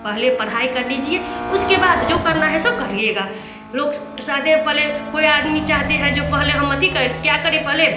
पहले पढ़ाई कर लीजिए उसके बाद जो करना है सो करिएगा लोग सादे में पहले कोई आदमी चाहते हैं जो पहले हम अथी करे क्या करें पहले